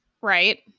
right